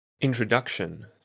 Introduction